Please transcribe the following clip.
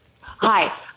Hi